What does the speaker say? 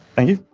thank you.